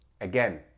again